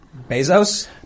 Bezos